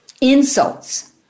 insults